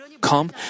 come